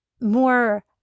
more